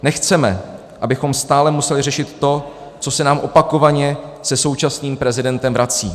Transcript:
Nechceme, abychom stále museli řešit to, co se nám opakovaně se současným prezidentem vrací.